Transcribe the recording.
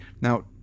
Now